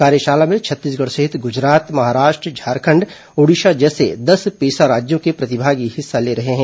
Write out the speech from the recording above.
कार्यशाला में छत्तीसगढ़ सहित गुजरात महाराष्ट्र झारखण्ड ओड़िशा जैसे दस पेसा राज्यों के प्रतिभागी हिस्सा ले रहे हैं